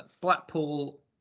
Blackpool